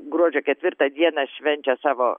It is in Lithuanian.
gruodžio ketvirtą dieną švenčia savo